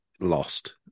Lost